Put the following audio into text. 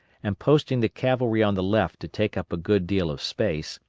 and posting the cavalry on the left to take up a good deal of space,